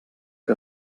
que